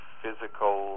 physical